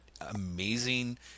amazing